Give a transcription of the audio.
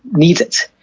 needs it.